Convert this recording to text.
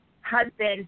husband